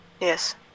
Yes